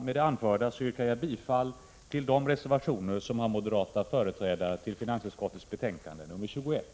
Med det anförda yrkar jag bifall till de reservationer som de moderata ledamöterna i finansutskottet fogat till utskottets betänkande 21.